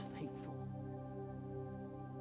faithful